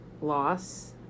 loss